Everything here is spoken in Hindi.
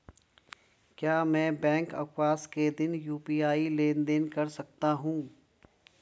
क्या मैं बैंक अवकाश के दिन यू.पी.आई लेनदेन कर सकता हूँ?